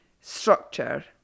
structure